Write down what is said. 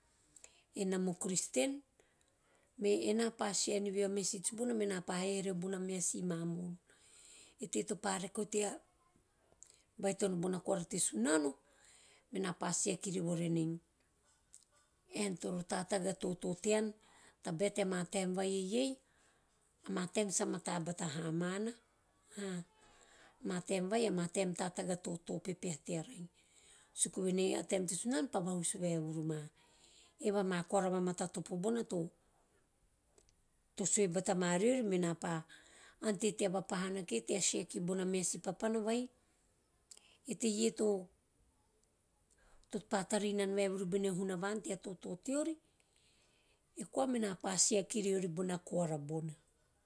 Enam o christian, me ena pa share nive o message bona mena pa haihai re bona meha si mamo`on. E teie topa rake tea baitono bona koara te sunano mena pa share kirivori enei, ean toro tatagi a toto tean tabae teama taem va iei ama taem tatagi ama toto pepeha tearai, suku venei a taem te sunano pa vuhusu vaevuru ma eve ama koara va matatopo bona te sue batu ma riori mena pa ante tea vapahana kia tea share kie bene teie a meha si papana vai, a teie to pa tavainana bene hunavan tea toto teori eikoa mena pa share kirori bona koara bona.